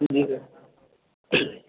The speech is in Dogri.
हां जी सर